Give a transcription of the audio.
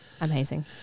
Amazing